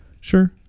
sure